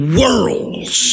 worlds